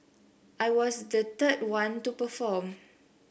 I was the third one to perform